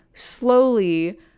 slowly